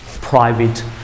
private